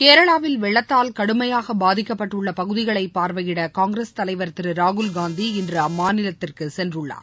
கேரளாவில் வெள்ளத்தால் கடுமையாக பாதிக்கப்பட்டுள்ள பகுதிகளை பார்வையிட காங்கிரஸ் தலைவர் திரு ராகுல்காந்தி இன்று அம்மாநிலத்திற்கு சென்றுள்ளார்